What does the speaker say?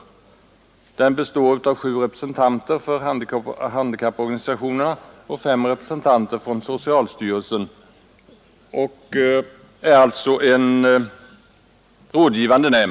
Nämnden består av sju representanter för handikapporganisationer och fem för socialstyrelsen.